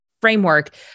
framework